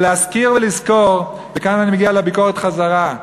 ולהזכיר ולזכור, וכאן אני מגיע לביקורת חזרה,